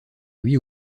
lui